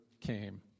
came